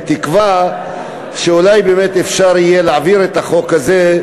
בתקווה שאולי באמת אפשר יהיה להעביר את החוק הזה,